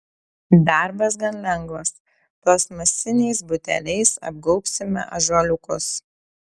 darbas gan lengvas plastmasiniais buteliais apgaubsime ąžuoliukus